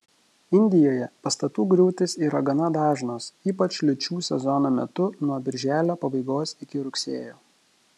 indijoje pastatų griūtys yra gana dažnos ypač liūčių sezono metu nuo birželio pabaigos iki rugsėjo